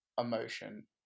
emotion